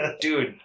dude